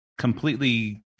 completely